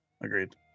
agreed